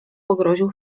pogroził